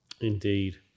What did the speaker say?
Indeed